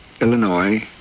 Illinois